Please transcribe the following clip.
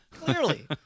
Clearly